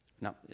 Now